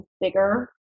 bigger